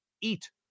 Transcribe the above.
eat